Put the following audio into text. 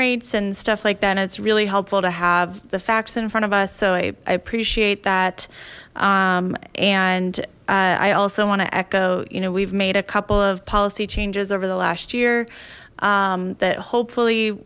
rates and stuff like that it's really helpful to have the facts in front of us so i appreciate that and i also want to echo you know we've made a couple of policy changes over the last year that hopefully